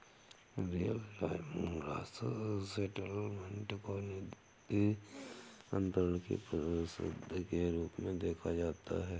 real time gross settlement को निधि अंतरण की पद्धति के रूप में देखा जाता है